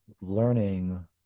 learning